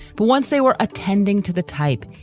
but once they were attending to the type,